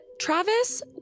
Travis